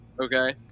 Okay